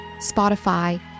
Spotify